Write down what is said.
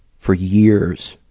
for years.